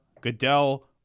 Goodell